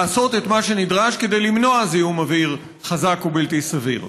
לעשות את מה שנדרש כדי למנוע זיהום אוויר חזק ובלתי סביר.